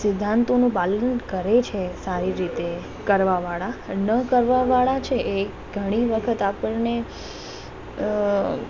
સિદ્ધાંતોનું પાલન કરે છે સારી રીતે કરવાવાળા ન કરવાવાળા છે એ ઘણી વખત આપણને અ